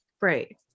right